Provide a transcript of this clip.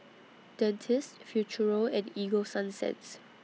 Dentiste Futuro and Ego Sunsense